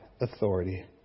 authority